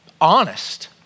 honest